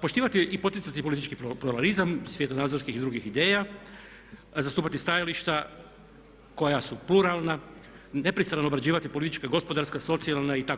Poštivati i poticati politički pluralizam, svjetonazorskih i drugih ideja, zastupati stajališta koja su pluralna, nepristrano obrađivati politička, gospodarska, socijalna itd.